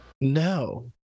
No